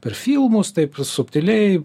per filmus taip subtiliai